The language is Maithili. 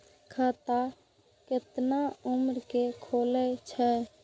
खाता केतना उम्र के खुले छै?